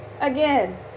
again